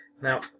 Now